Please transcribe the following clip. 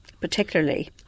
particularly